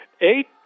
Eight